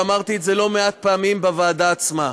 ואמרתי את זה לא מעט פעמים בוועדה עצמה.